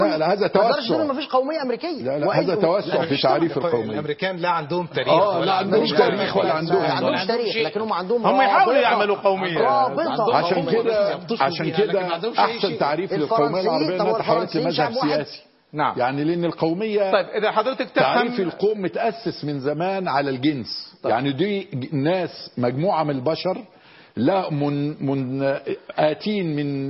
لا، لا، هذا ما توسع. قدرش يقولوا مفيش قومية أمريكية. لا، لا، هذا واحد يقول- توسع لا، في مش تعريف طبيعي. القومية. الأمريكان لا عندهم تاريخ، آه، ولا لا، عندهم عندهم مش شيء. تاريخ ولا لا، عندهم- لا عندهمش عندهم تاريخ، شيء. لكنهم عندهم هم يحاولوا رابطة- يعملوا قومية. رابطة عشان قومية. كده- بس- عشان يعني لكن ما كده عندهمش أي أحسن شيء. تعريف الفرنسيين، للقومية العربية طب إنها والفرنسيين تحولت لمذهب شعب واحد؟ سياسي. نعم. يعني لأن القومية- طيب، إذا حضرتك تفهم- تعريف القوم متأسس من زمان على الجنس. طيب. يعني دي ج- ناس، مجموعة من البشر لا من- من آتين من